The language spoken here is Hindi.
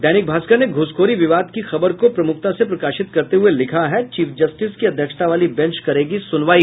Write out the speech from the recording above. दैनिक भास्कर ने घूसखोरी विवाद की खबर को प्रमुखता से प्रकाशित करते हुये लिखा है चीफ जस्टिस की अध्यक्षता वाली बेंच करेगी सुनवाई